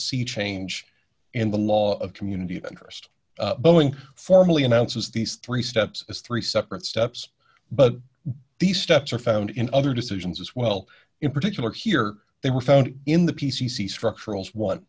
sea change in the law of community interest boeing formally announces these three steps as three separate steps but these steps are found in other decisions as well in particular here they were found in the p c c structural is what